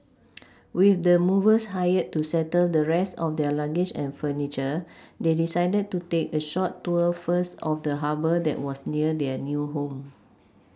with the movers hired to settle the rest of their luggage and furniture they decided to take a short tour first of the Harbour that was near their new home